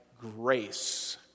grace